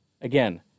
Again